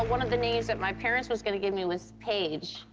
one of the names that my parents was gonna give me was paige.